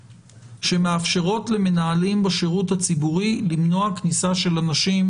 שמאפשרות למנהלים בשירות הציבורי למנוע כניסה של אנשים